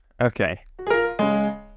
okay